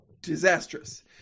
disastrous